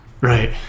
Right